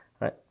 right